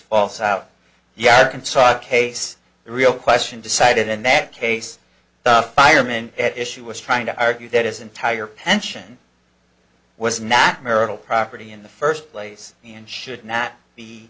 case the real question decided in that case the fireman at issue was trying to argue that his entire pension was not marital property in the first place and should not be